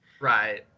Right